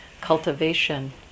cultivation